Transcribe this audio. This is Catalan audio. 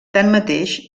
tanmateix